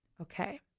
okay